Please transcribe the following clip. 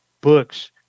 books